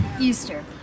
Easter